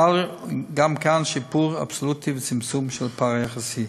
חל גם כאן שיפור אבסולוטי וצמצום של הפער היחסי,